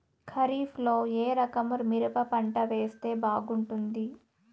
ఖరీఫ్ లో ఏ రకము మిరప పంట వేస్తే బాగుంటుంది